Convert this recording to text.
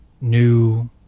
new